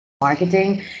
marketing